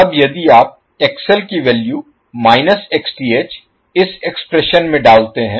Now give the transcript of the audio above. अब यदि आप XL की वैल्यू माइनस Xth इस एक्सप्रेशन में डालते हैं